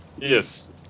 Yes